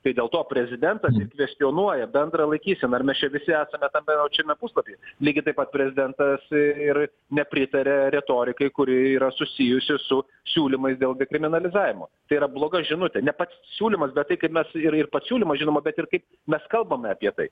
tai dėl to prezidentas kvestionuoja bendrą laikyseną ir mes čia visi esame tame pačiame puslapy lygiai taip pat prezidentas ir ir nepritaria retorikai kuri yra susijusi su siūlymais dėl dekriminalizavimo tai yra bloga žinutė ne pats siūlymas bet tai kaip mes ir ir pats siūlymas žinoma bet ir kai mes kalbame apie tai